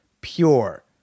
pure